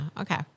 Okay